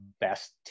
best